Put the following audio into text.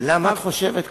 למה את חושבת כך?